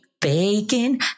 bacon